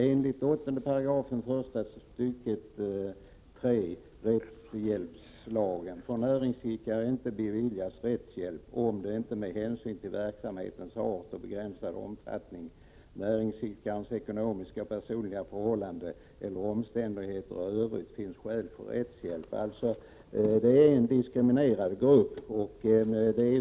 Enligt 8 § första stycket 3 RHL får näringsidkare inte beviljas rättshjälp, om det inte med hänsyn till verksamhetens art och begränsade omfattning, näringsidkarens ekonomiska och personliga förhållanden eller omständigheterna i övrigt finns skäl för rättshjälp.” Näringsidkare är alltså en diskriminerad grupp.